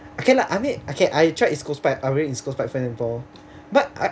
okay lah I mean okay I tried east coast park I went east coast park with my friends before but